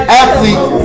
athlete